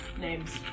names